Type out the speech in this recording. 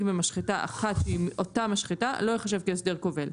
במשחטה אחת שהיא אותה משחטה לא ייחשב כהסדר כובל.